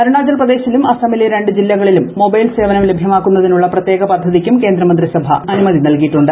അരുണാചൽ പ്രദേശിലും അസമിലെ രണ്ട് ജില്ലകളിലും മൊബൈൽ സേവനം ലഭ്യമാക്കുന്നതിനുള്ള പ്രത്യേക പദ്ധതിക്കും ക്യാബിനറ്റ് അനുമതി നൽകിയിട്ടുണ്ട്